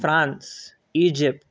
France Egypt